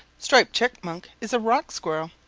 striped chipmunk is a rock squirrel.